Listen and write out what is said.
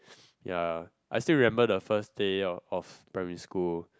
ya I still remember the first day of primary school